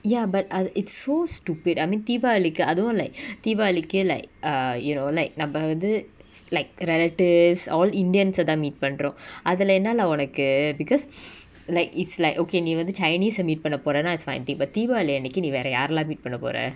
ya but அது:athu it's so stupid I mean deepavali கு அதுவு:ku athuvu like deepavali கு:ku like err you know like நம்ம வந்து:namma vanthu like relatives all indians ah தா:tha meet பன்றோ:panro அதுல என்ன:athula enna lah ஒனக்கு:onaku because like it's like okay நீ வந்து:nee vanthu chinese ah meet பன்ன போரனா:panna porana is fine the but deepavali அன்னைக்கு நீ வேர யாரளா:annaiku nee vera yaarala meet பன்ன போர:panna pora